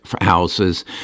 houses